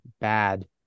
bad